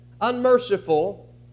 unmerciful